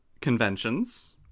conventions